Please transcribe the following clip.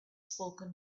spoken